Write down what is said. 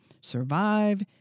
survive